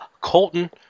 Colton